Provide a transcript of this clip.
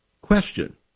Question